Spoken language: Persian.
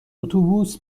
اتوبوس